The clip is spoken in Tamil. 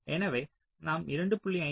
எனவே நாம் 2